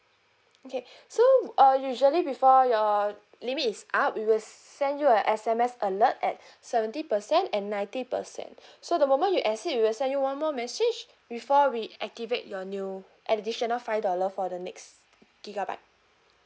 okay so uh usually before your limit is up we will send you a S_M_S alert at seventy percent and ninety percent so the moment you exceed we will send you one more message before we activate your new additional five dollar for the next gigabyte